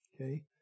okay